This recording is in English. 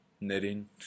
Knitting